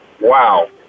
Wow